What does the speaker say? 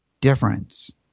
difference